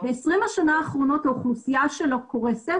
ב-20 השנים האחרונות האוכלוסייה שלו קורסת